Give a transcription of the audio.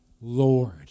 Lord